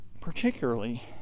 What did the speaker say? particularly